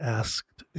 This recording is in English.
asked